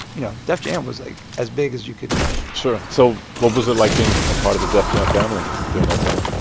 you know, def jam was, like, as big as you could imagine sure. so what was it like being a part of the def jam family during that time?